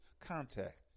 contact